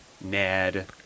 Ned